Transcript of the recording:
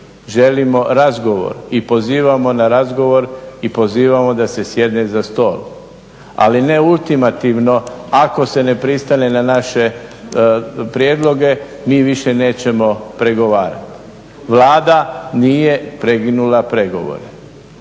želimo razgovor i pozivamo na razgovor i pozivamo da se sjedne za stol. Ali ne ultimativno ako se ne pristane na naše prijedloge mi više nećemo pregovarati. Vlada nije prekinula pregovore